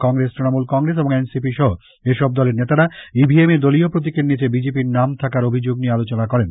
Congress Trinamool Congress এবং NCP সহ এসব দলের নেতারা ইভিএম এ দলীয় প্রতীকের নিচে বিজেপি র নাম থাকার অভিযোগ নিয়ে আলোচনা করেন